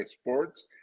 sports